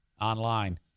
online